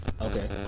Okay